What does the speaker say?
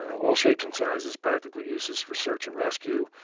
all shapes and sizes, practical uses for search and rescue,